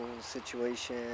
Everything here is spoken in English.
situation